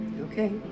Okay